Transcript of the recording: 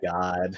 god